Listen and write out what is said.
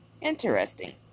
Interesting